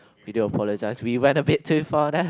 we do apologise we went a bit too far there